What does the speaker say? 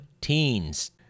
teens